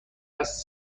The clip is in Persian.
هست